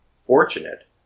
fortunate